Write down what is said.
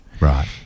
Right